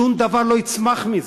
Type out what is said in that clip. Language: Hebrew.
שום דבר לא יצמח מזה.